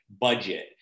budget